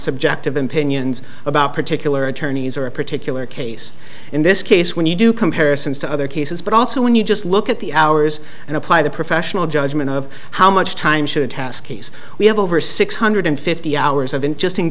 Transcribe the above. subjective opinions about particular attorneys or a particular case in this case when you do comparisons to other cases but also when you just look at the hours and apply the professional judgment of how much time should a task he's we have over six hundred fifty hours of in